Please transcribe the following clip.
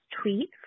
tweet